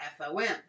FOM